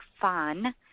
fun